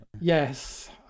yes